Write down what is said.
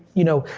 you know,